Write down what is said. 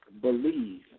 believe